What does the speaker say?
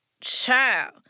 Child